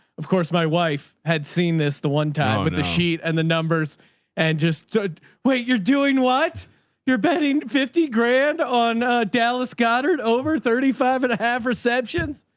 of course my wife had seen this the one time with the sheet and the numbers and just wait, you're doing what you're betting fifty grand on a dallas goddard over thirty five and a half perceptions.